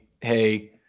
hey